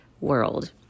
world